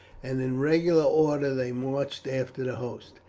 and in regular order they marched after the host.